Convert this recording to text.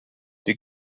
die